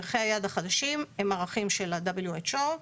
ערכי היעד החדשים הם ערכים של ה-WHO,